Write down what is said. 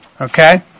Okay